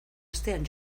astean